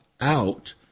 out